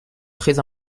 très